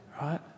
right